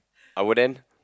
abuden